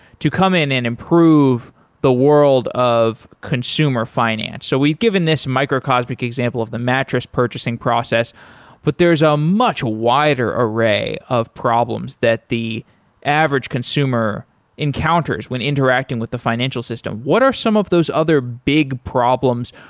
to come in and improve the world of consumer finance. so we've given this micro cosmic example of the mattress purchasing processes but there's a much wider array of problems that the average consumer encounters when interacting with the financial system what are some of those other big problems?